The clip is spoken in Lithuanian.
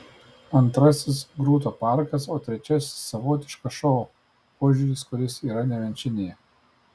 antrasis grūto parkas o trečiasis savotiškas šou požiūris kuris yra nemenčinėje